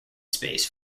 space